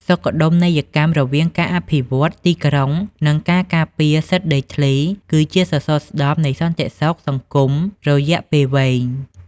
សុខដុមនីយកម្មរវាងការអភិវឌ្ឍទីក្រុង និងការការពារសិទ្ធិដីធ្លី គឺជាសសរស្តម្ភនៃសន្តិសុខសង្គមរយៈពេលវែង។